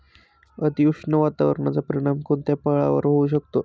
अतिउष्ण वातावरणाचा परिणाम कोणत्या फळावर होऊ शकतो?